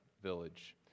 Village